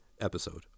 episode